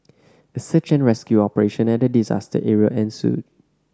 a search and rescue operation at the disaster area ensued